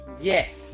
yes